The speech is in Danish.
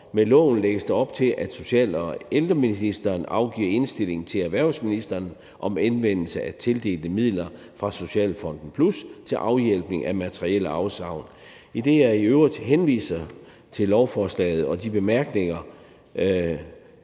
Med lovforslaget lægges der op til, at social- og ældreministeren afgiver indstilling til erhvervsministeren om anvendelse af tildelte midler fra Socialfonden Plus til afhjælpning af materielle afsavn. Idet jeg i øvrigt henviser til lovforslaget og de bemærkninger,